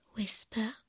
Whisper